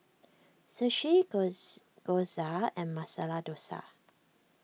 Sushi Gyoza and Masala Dosa